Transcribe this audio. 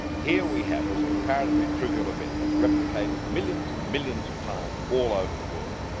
here we have this comparatively trivial event that's replicated millions and millions of times all over the world.